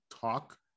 talk